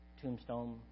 tombstone